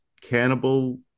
cannibal